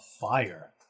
fire